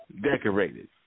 decorated